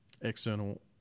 external